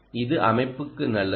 இது அமைப்புக்கு நல்லது